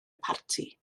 parti